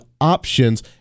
options